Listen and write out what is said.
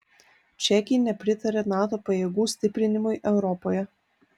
čekija nepritaria nato pajėgų stiprinimui europoje